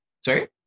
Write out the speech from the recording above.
Sorry